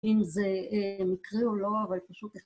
אם זה מקרה או לא, אבל פשוט...